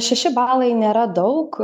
šeši balai nėra daug